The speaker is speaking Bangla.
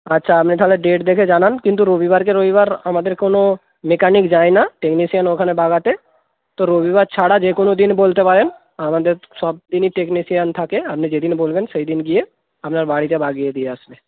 আচ্ছা আপনি তাহলে ডেট দেখে জানান কিন্তু রবিবারকে রবিবার আমাদের কোনো মেকানিক যায় না টেকনিশিয়ান ওখানে বাগাতে তো রবিবার ছাড়া যে কোনো দিন বলতে পারেন আমাদের সব দিনই টেকনিশিয়ান থাকে আপনি যেদিন বলবেন সেই দিন গিয়ে আপনার বাড়িতে লাগিয়ে দিয়ে আসবে